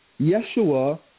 Yeshua